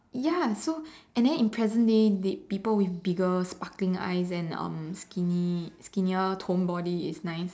ya so and then in present days they people with bigger sparkling eyes and um skinny skinnier toned body is nice